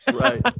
right